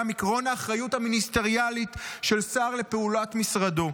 עקרון האחריות המיניסטריאלית של שר לפעולת משרדו,